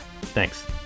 Thanks